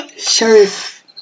Sheriff